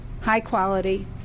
high-quality